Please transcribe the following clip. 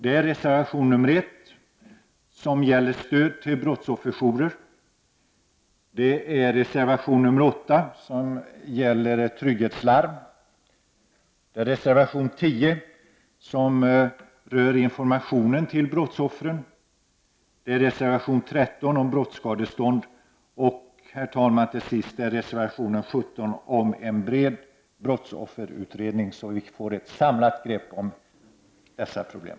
Det är reservation 1 om stöd till brottsofferjourer, reservation 8 om trygghetslarm, reservation 10 om information till brottsoffer, reservation 13 om brottsskadestånd och till sist reservation 17 om en bred brottsofferutredning för att vi skall få ett samlat grepp om dessa problem.